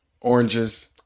oranges